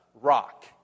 rock